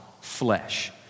flesh